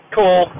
Cool